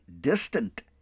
distant